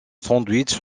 sandwich